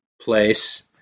place